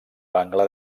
bangla